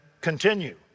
continue